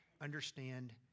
understand